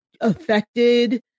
affected